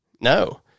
no